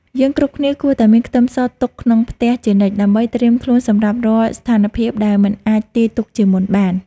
យើងគ្រប់គ្នាគួរតែមានខ្ទឹមសទុកក្នុងផ្ទះជានិច្ចដើម្បីត្រៀមខ្លួនសម្រាប់រាល់ស្ថានភាពដែលមិនអាចទាយទុកជាមុនបាន។